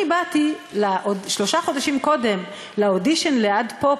אני באתי שלושה חודשים קודם לאודישן ל"עד פופ".